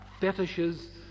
fetishes